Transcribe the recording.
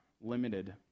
limited